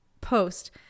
post